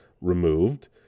removed